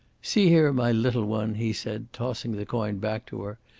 see here, my little one, he said, tossing the coin back to her,